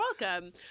welcome